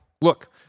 Look